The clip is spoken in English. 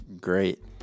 great